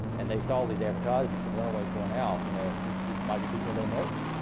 and they saw these advertisements of runaways going out, you know um this this might be people they know.